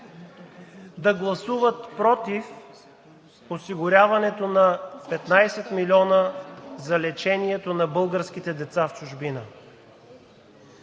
да гласуват против осигуряването на 15 милиона за лечението на българските деца в чужбина?